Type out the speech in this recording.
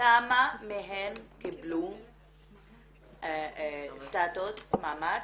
כמה מהן קיבלו סטטוס, מעמד,